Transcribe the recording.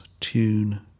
Tune